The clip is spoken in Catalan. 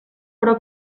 però